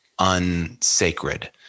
unsacred